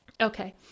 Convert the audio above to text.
okay